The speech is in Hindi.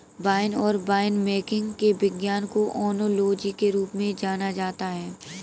वाइन और वाइनमेकिंग के विज्ञान को ओनोलॉजी के रूप में जाना जाता है